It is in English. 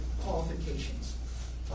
qualifications